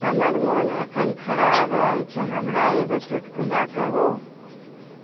हमर मोन एखन खराब अछि हमरा एगो चुटकुला कहू